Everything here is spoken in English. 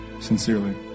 Sincerely